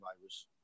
virus